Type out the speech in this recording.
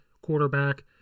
quarterback